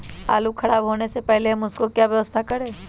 आलू खराब होने से पहले हम उसको क्या व्यवस्था करें?